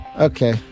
Okay